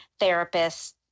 therapists